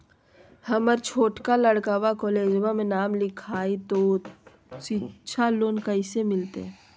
हमर छोटका लड़कवा कोलेजवा मे नाम लिखाई, तो सिच्छा लोन कैसे मिलते?